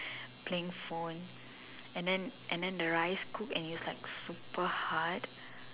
playing phone and then and then the rice cook and it was like super hard